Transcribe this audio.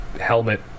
helmet